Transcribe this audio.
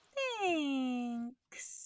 Thanks